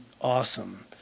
awesome